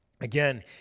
Again